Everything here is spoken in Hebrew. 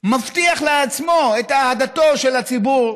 מבטיח לעצמו את אהדתו של הציבור,